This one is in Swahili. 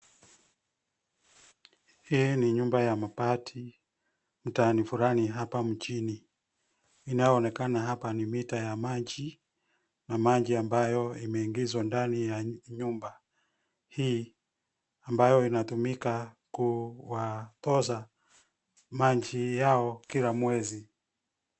Hii ni nyumba ya mabati mtaani fulani hapa mjini. Inayoonekana hapa ni mita ya maji ambayo imeingizwa ndani ya nyumba hii ambayo inatumika kuwatoza maji yao kila mwezi.